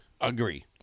Agree